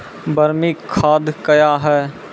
बरमी खाद कया हैं?